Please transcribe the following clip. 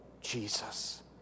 Jesus